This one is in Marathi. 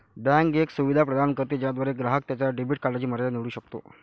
बँक एक सुविधा प्रदान करते ज्याद्वारे ग्राहक त्याच्या डेबिट कार्डची मर्यादा निवडू शकतो